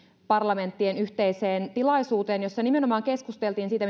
parlamenttien yhteiseen tilaisuuteen jossa nimenomaan keskusteltiin siitä